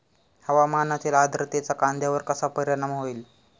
हवामानातील आर्द्रतेचा कांद्यावर कसा परिणाम होईल?